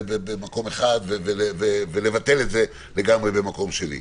במקום אחר ולבטל את זה במקום שני לגמרי.